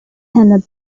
and